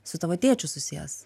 su tavo tėčiu susijęs